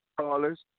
callers